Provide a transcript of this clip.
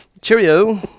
Cheerio